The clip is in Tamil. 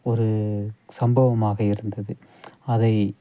ஒரு சம்பவமாக இருந்தது அதை